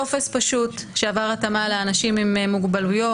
טופס פשוט שעבר התאמה לאנשים עם מוגבלויות,